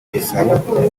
gisabo